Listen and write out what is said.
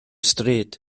stryd